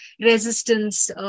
resistance